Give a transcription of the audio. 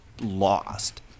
lost